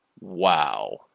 Wow